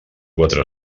quatre